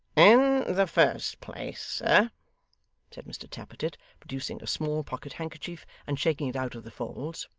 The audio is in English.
in the first place, sir said mr tappertit, producing a small pocket-handkerchief and shaking it out of the folds,